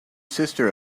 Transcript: sister